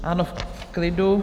Ano, v klidu.